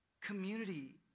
community